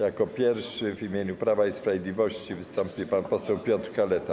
Jako pierwszy w imieniu Prawa i Sprawiedliwości wystąpi pan poseł Piotr Kaleta.